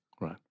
Right